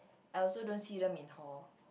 I also don't see them in hall